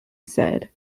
said